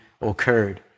occurred